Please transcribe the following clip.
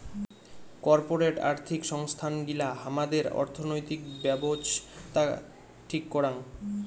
corporate আর্থিক সংস্থান গিলা হামাদের অর্থনৈতিক ব্যাবছস্থা ঠিক করাং